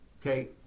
okay